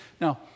Now